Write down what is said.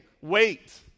wait